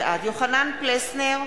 בעד יוחנן פלסנר,